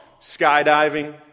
skydiving